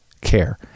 care